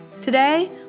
Today